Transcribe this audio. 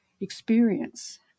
experience